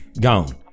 Gone